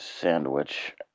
sandwich